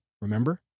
remember